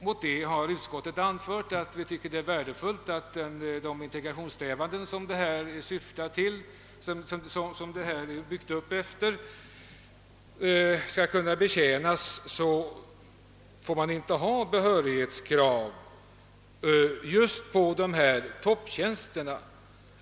Mot detta har utskottet anfört att det är värdefullt att de integrationssträvanden som organisationen byggts upp efter verkligen uppfylles, och då får man inte uppställa behörighetskrav för just topptjänsterna.